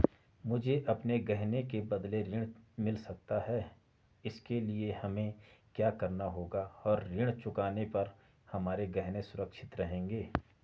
मुझे अपने गहने के बदलें ऋण मिल सकता है इसके लिए हमें क्या करना होगा और ऋण चुकाने पर हमारे गहने सुरक्षित रहेंगे?